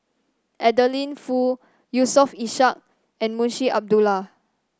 Adeline Foo Yusof Ishak and Munshi Abdullah